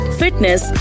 fitness